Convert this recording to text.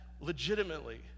legitimately